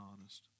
honest